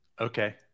Okay